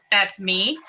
that's me,